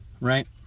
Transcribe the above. right